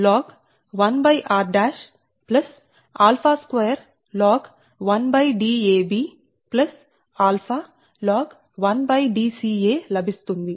4605log 1r 𝜶2 log1Dab 𝜶 log1Dca లభిస్తుంది